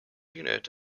unit